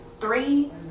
three